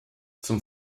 zum